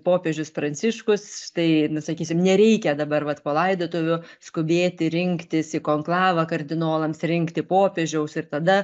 popiežius pranciškus štai nu sakysim nereikia dabar vat po laidotuvių skubėti rinktis į konklavą kardinolams rinkti popiežiaus ir tada